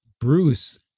Bruce